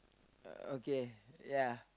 uh okay ya